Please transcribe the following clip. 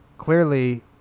clearly